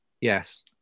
Yes